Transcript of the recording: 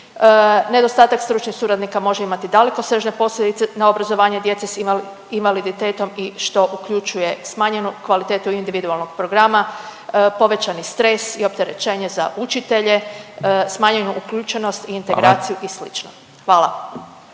Nedostatak stručnih suradnika može imati dalekosežne posljedice na obrazovanje djece s invaliditetom i što uključuje smanjenu kvalitetu individualnog programa, povećani stres i opterećenje za učitelje, smanjuje uključenost u integraciju … …/Upadica